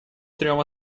трем